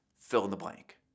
fill-in-the-blank